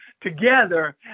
together